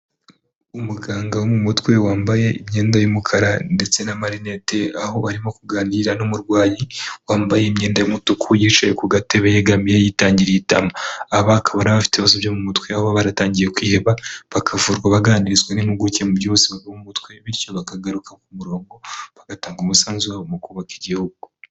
Uumuganga wo mu mutwe wambaye imyenda y'umukara ndetse n'amarinete aho arimo kuganira n'umurwayi wambaye imyenda y'umutuku yicaye ku gatebe yegamiye yitangiriye itama, aba akaba ari abafite ibibazo byo mu mutwe aho baba baratangiye kwiheba, bakavurwa baganirizwa n'impuguke mu by'ubuzima bwo mu mutwe, bityo bakagaruka ku murongo bagatanga umusanzu wa bo mu kubaka igihugu.